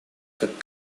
как